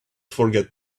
forget